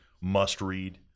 must-read